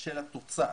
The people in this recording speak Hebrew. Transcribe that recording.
של התוצר